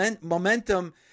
momentum